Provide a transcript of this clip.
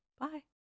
bye